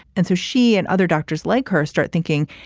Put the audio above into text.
and so she and other doctors like her start thinking,